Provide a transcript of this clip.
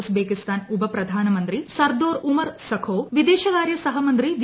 Uzbekistan ഉപപ്രധാനമന്ത്രി Sardor Umurzakov വിദേശകാര്യ സഹമന്ത്രി വി